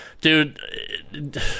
Dude